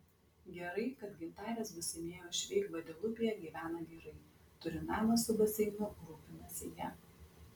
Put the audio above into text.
gerai kad gintarės būsimieji uošviai gvadelupėje gyvena gerai turi namą su baseinu rūpinasi ja